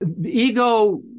Ego